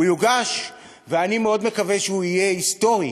הוא יוגש, ואני מאוד מקווה שהוא יהיה היסטורי